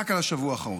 רק על השבוע האחרון,